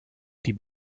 die